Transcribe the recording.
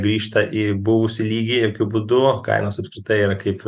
grįžta į buvusį lygį jokiu būdu kainos apskritai yra kaip